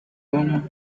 una